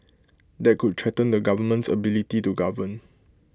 that could threaten the government's ability to govern